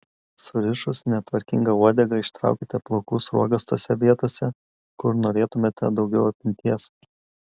surišus netvarkingą uodegą ištraukite plaukų sruogas tose vietose kur norėtumėte daugiau apimties